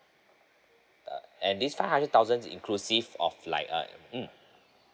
uh and this five thousand is inclusive of like a mm